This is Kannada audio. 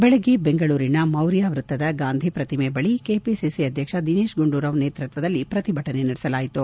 ಬೆಳಿಗ್ಗೆ ಬೆಂಗಳೂರಿನ ಮೌರ್ಯವೃತ್ತದ ಗಾಂಧಿ ಪ್ರತಿಮೆ ಬಳಿ ಕೆಪಿಸಿಸಿ ಅಧ್ಯಕ್ಷ ದಿನೇತ್ ಗುಂಡೂರಾವ್ ನೇತೃತ್ವದಲ್ಲಿ ಪ್ರತಿಭಟನೆ ನಡೆಸಲಾಯಿತು